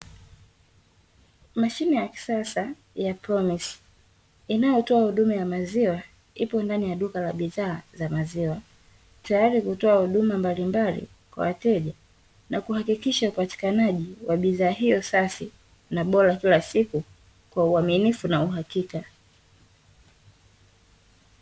mashine ya kisasa ya promise, inayotoa huduma ya maziwa ipo ndani ya duka la bidhaa za maziwa tayari kwa kutoa huduma mbalimbali kwa wateja na kuhakikisha upatikanaji wa bidhaa hiyo safi , na bora kila siku kwa uaminifu na uhakika